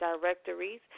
Directories